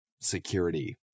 security